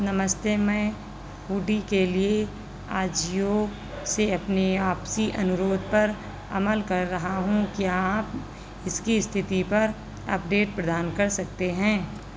नमस्ते मैं हूडी के लिए अजियो से अपने वापसी अनुरोध पर अमल कर रहा हूं क्या आप इसकी स्थिति पर अपडेट प्रदान कर सकते हैं